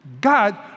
God